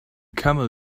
camel